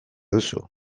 duzu